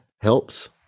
helps